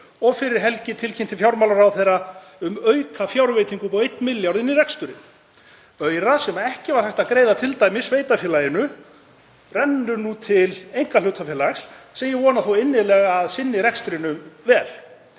og fyrir helgi tilkynnti fjármálaráðherra um aukafjárveitingu upp á 1 milljarð inn í reksturinn. Aurar sem ekki var hægt að greiða sveitarfélaginu renna nú til einkahlutafélags, sem ég vona þó innilega að sinni rekstrinum vel.